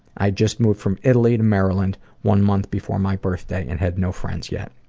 i'd just moved from italy to maryland one month before my birthday and had no friends yet.